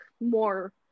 more